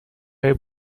های